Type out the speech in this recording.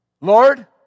Lord